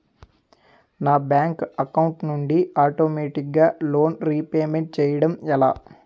నా bank account నుండి ఆటోమేటిగ్గా లోన్ రీపేమెంట్ చేయడం ఎలా?